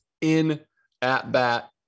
in-at-bat